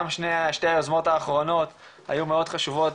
גם שתי היוזמות האחרונות היו מאוד חשובות,